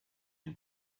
been